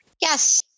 Yes